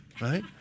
right